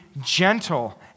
gentle